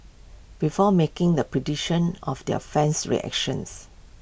before making the prediction of their fan's reactions